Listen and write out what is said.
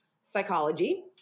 psychology